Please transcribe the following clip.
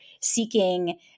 seeking